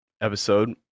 episode